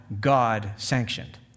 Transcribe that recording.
God-sanctioned